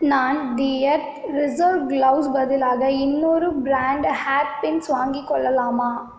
நான் the earth reserve gloves பதிலாக இன்னொரு பிராண்ட் ஹேர் பின்ஸ் வாங்கிக்கொள்ளலாமா